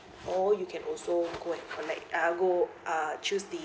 or you can also go and collect uh go uh choose the